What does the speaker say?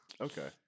okay